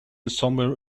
somewhere